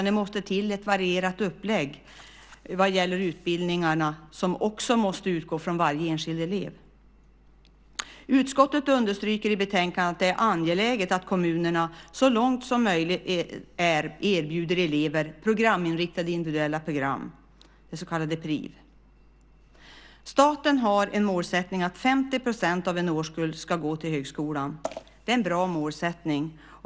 Det måste till ett varierat upplägg vad gäller utbildningarna som också måste utgå från varje enskild elev. Utskottet understryker i betänkandet att det är angeläget att kommunerna så långt som möjligt erbjuder elever programinriktade individuella program, det så kallade Priv. Staten har en målsättning om att 50 % av en årskull ska gå till högskolan. Det är en bra målsättning.